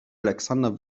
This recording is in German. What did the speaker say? alexander